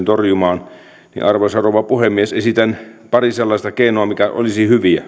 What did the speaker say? torjumaan arvoisa rouva puhemies niin esitän pari sellaista keinoa mitkä olisivat hyviä